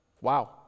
wow